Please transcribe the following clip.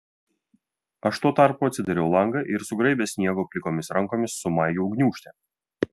aš tuo tarpu atsidariau langą ir sugraibęs sniego plikomis rankomis sumaigiau gniūžtę